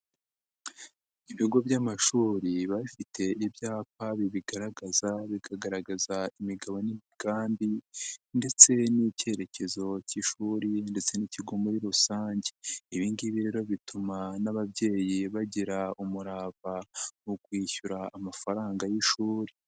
Ibigo by'amashuri biba bifite ibyapa bibigaragaza bikagaragaza imigabo n'imigambi ndetse n'ikerekezo k'ishuri ndetse n'ikigo muri rusange, ibi ngibi rero bituma n'ababyeyi bagira umurava mu kwishyura amafaranga y'ishuri.